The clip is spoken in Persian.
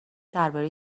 درباره